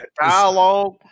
dialogue